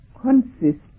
consists